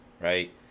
right